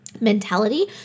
Mentality